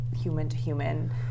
human-to-human